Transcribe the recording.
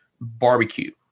barbecue